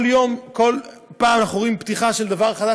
כל יום, כל פעם אנחנו רואים פתיחה של דבר חדש.